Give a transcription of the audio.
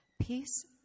Peace